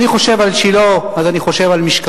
כשאני חושב על שילה, אז אני חושב על משכן,